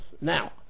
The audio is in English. now